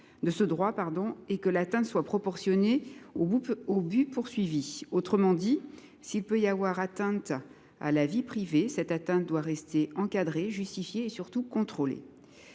de ce droit et que l’atteinte soit proportionnée aux buts poursuivis. Autrement dit, s’il peut y avoir atteinte à la vie privée, cette atteinte doit rester encadrée, justifiée et surtout contrôlée.